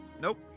Nope